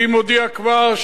אני מודיע כבר,